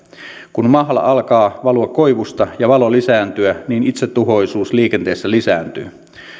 kun mahla alkaa valua koivusta ja valo lisääntyä niin itsetuhoisuus liikenteessä lisääntyy